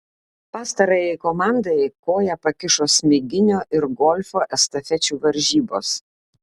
pastarajai komandai koją pakišo smiginio ir golfo estafečių varžybos